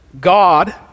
God